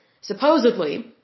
supposedly